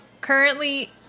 currently